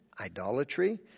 idolatry